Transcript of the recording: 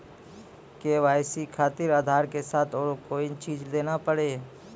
KYC खातिर आधार के साथ औरों कोई चीज देना पड़ी?